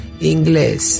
English